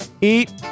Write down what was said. eat